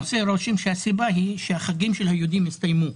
עושה רושם שהסיבה היא שהחגים של היהודים הסתיימו,